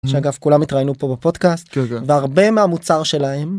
שאגב כולם התראינו פה בפודקאסט, והרבה מהמוצר שלהם